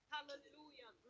Hallelujah